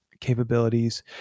capabilities